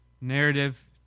Narrative